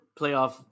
playoff